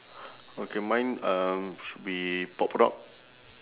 okay mine um should be pop rock